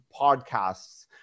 podcasts